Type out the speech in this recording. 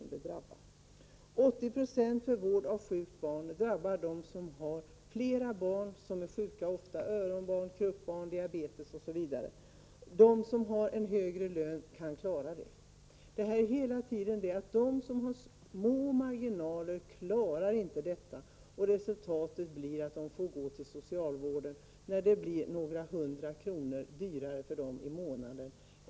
Bestämmelsen om 80 % för vård av sjukt barn drabbar dem som har flera barn' som är sjuka ofta. Det kan gälla öronsjuka barn, krupp-barn och diabetesbarn. Med en högre lön klaras problemet. Hela tiden gäller att de som har små marginaler inte klarar det hela, och resultatet blir att de får gå till socialvården, när det kostar några hundralappar mer i månaden.